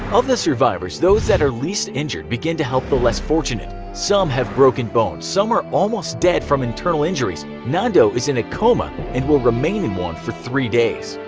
of the survivors, those that are least injured begin to help the less fortunate. some have broken bones, some are almost dead from internal injuries, nando is in a coma and will remain in one for three days.